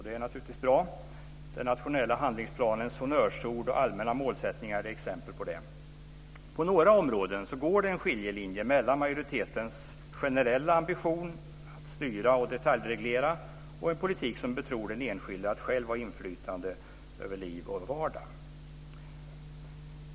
Det är naturligtvis bra. Den nationella handlingsplanens honnörsord och allmänna målsättningar är exempel på det. På några områden går det en skiljelinje mellan majoritetens generella ambition att styra och detaljreglera och en politik som betror den enskilde att själv ha inflytande över liv och vardag.